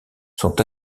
sont